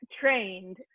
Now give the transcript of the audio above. trained